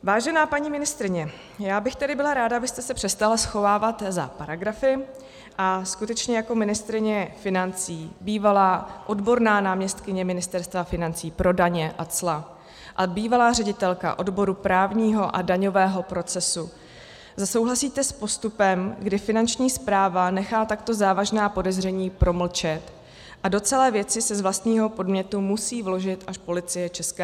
Vážená paní ministryně, já bych tedy byla ráda, abyste se přestala schovávat za paragrafy a skutečně jako ministryně financí, bývalá odborná náměstkyně Ministerstva financí pro daně a cla a bývalá ředitelka odboru právního a daňového procesu, zda souhlasíte s postupem, kdy Finanční správa nechá takto závažná podezření promlčet a do celé věci se z vlastního podnětu musí vložit až Policie ČR.